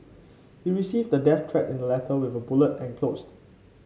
he received a death threat in a letter with a bullet enclosed